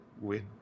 win